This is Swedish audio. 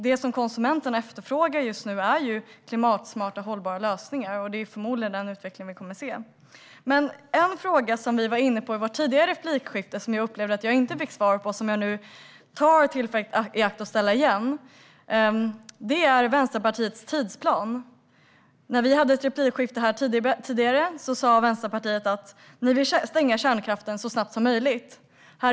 Det som konsumenterna efterfrågar just nu är klimatsmarta, hållbara lösningar, och det är förmodligen den utvecklingen vi kommer att se. En fråga som vi var inne på i vårt tidigare replikskifte, som jag upplever att jag inte fick svar på och som jag tar tillfället i akt att ställa igen, gäller Vänsterpartiets tidsplan. I vårt tidigare replikskifte sa Vänsterpartiet att ni vill stänga kärnkraften så snabbt som möjligt.